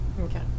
Okay